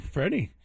Freddie